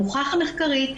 המוכח מחקרית,